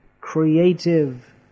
creative